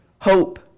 hope